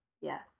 Yes